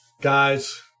guys